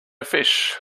fish